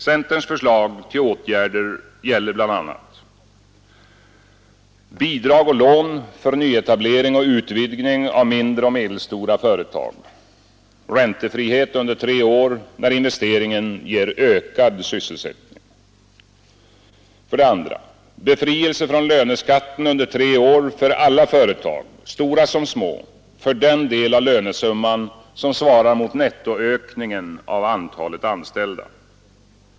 Centerns förslag till åtgärder gäller bl.a.: små, för den del av lönesumman som svarar mot nettoökningen av antalet anställda.